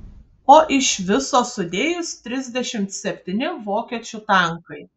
o iš viso sudėjus trisdešimt septyni vokiečių tankai